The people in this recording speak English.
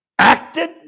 acted